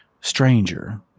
stranger